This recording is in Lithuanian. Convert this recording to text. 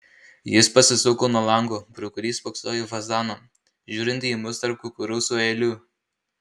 jis pasisuko nuo lango pro kurį spoksojo į fazaną žiūrintį į mus tarp kukurūzų eilių